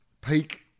peak